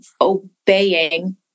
obeying